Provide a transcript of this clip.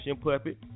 puppet